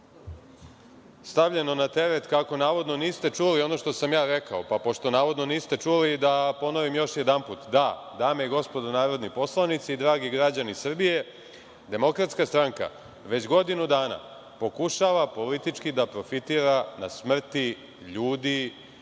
stavljeno na teret kako, navodno, niste čuli ono što sam rekao, pa pošto, navodno, niste čuli, da ponovim još jedanput – da, dame i gospodi narodni poslanici, dragi građani Srbije, DS već godinu dana pokušava politički da profitira na smrti ljudi